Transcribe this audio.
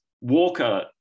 Walker